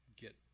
get